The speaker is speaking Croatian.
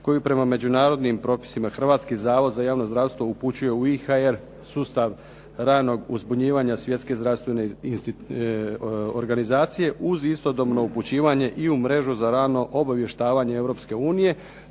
koju prema međunarodnim propisima Hrvatski zavod za javno zdravstvo upućuje u IHR sustav ranog uzbunjivanja Svjetske zdravstvene organizacije, uz istodobno upućivanje i u mrežu za rano obavještavanje Europske unije